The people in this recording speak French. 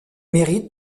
mérite